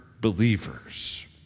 believers